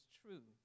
true